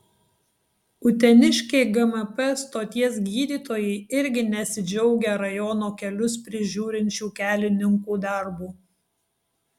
uteniškiai gmp stoties gydytojai irgi nesidžiaugia rajono kelius prižiūrinčių kelininkų darbu